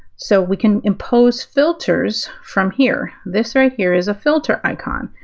so we can impose filters from here. this right here is a filter icon.